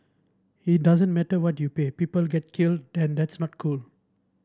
it doesn't matter what you pay people get killed and that's not cool